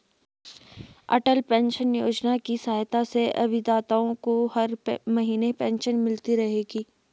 अटल pension Yojana की सहायता से अभिदाताओं को हर महीने पेंशन मिलती रहेगी